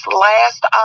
last